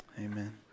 Amen